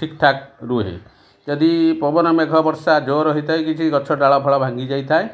ଠିକ୍ଠାକ୍ ରୁହେ ଯଦି ପବନ ମେଘ ବର୍ଷା ଜୋର ହୋଇଥାଏ କିଛି ଗଛ ଡାଳ ଫଳ ଭାଙ୍ଗି ଯାଇଥାଏ